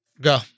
Go